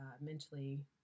mentally